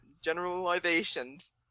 generalizations